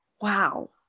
wow